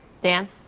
Dan